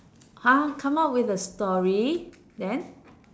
!huh! come up with a story then